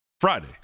Friday